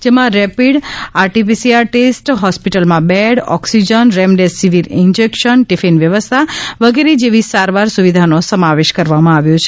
જેમા rapid RTPCR test હોસ્પિટલમાં bed oxygen remdesivir injection tiffin વ્યવસ્થા વગેરે જેવી સારવાર સુવિધાનો સમાવેશ કરવામાં આવ્યો છે